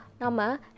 Nama